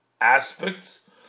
aspects